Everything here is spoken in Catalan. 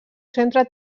centre